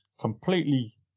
completely